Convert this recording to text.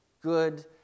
good